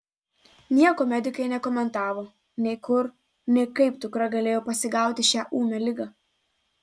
nieko medikai nekomentavo nei kur nei kaip dukra galėjo pasigauti šią ūmią ligą